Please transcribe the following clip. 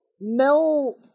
Mel